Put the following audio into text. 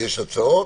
יש הצעות,